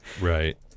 right